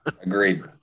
Agreed